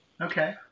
Okay